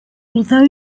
although